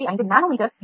355 nanometre U